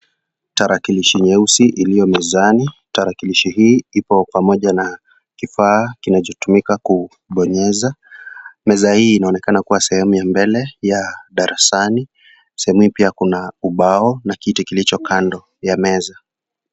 Tarakilishi nyeusi iliyo mezani. Tarakilishi hii ipo pamoja na kifaa kinachotumika kubonyeza. Meza hii inaonekana kwa sehemu ya mbele ya darasani. Sehemu hii pia kuna ubao na kiti kilicho kando ya meza.